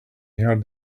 heard